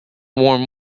warm